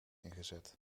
ingezet